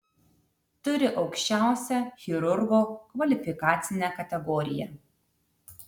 turi aukščiausią chirurgo kvalifikacinę kategoriją